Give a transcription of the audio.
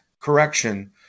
correction